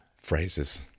phrases